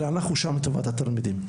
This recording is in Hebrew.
אלא אנחנו שם לטובת התלמידים.